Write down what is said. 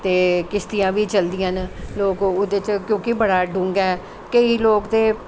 ते किश्तियां बी चलदियां न लोक ओह्दे च क्योंकि बड़ा डूंह्गा ऐ केईं लोक ते